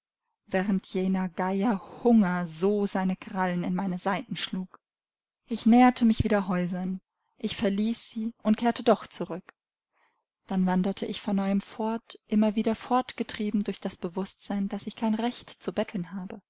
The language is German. während jener geier hunger so seine krallen in meine seiten schlug ich näherte mich wieder häusern ich verließ sie und kehrte doch zurück dann wanderte ich von neuem fort immer wieder fortgetrieben durch das bewußtsein daß ich kein recht zu betteln habe